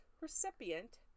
recipient